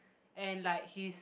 and like his